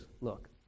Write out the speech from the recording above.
Look